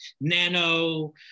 nano